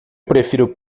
prefiro